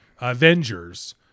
Avengers